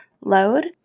load